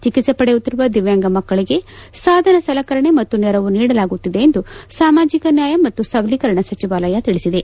ಚಿಕಿತ್ಸೆ ಪಡೆಯುತ್ತಿರುವ ದಿವ್ಲಾಂಗ ಮಕ್ಕಳಿಗೆ ಸಾಧನ ಸಲಕರಣೆ ಮತ್ತು ನೆರವು ನೀಡಲಾಗುತ್ತಿದೆ ಎಂದು ಸಾಮಾಜಿಕ ನ್ಯಾಯ ಮತ್ತು ಸಬಲೀಕರಣ ಸಚಿವಾಲಯ ತಿಳಿಸಿದೆ